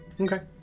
Okay